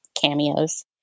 cameos